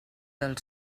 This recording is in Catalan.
del